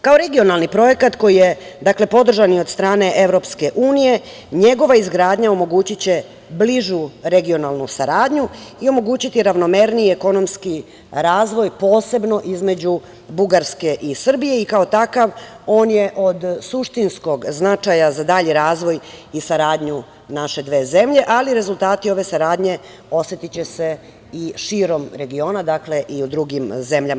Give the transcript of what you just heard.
Kao regionalni projekat koji je podržan i od strane EU, njegova izgradnja omogućiće i bližu regionalnu saradnju i omogućiće ravnomerniji ekonomski razvoj i posebno između Srbije i Bugarske i kao takav, on je od suštinskog značaja za dalji razvoj i saradnju naše dve zemlje, ali rezultati ove saradnje, osetiće se i širom regiona, u drugim zemljama.